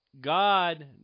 God